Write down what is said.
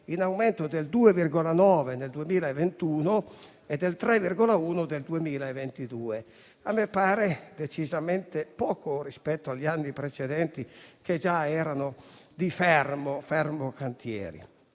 in aumento del 2,9 nel 2021 e del 3,1 del 2022. A me pare decisamente poco rispetto agli anni precedenti, che già erano di fermo cantieri.